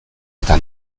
eta